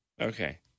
Okay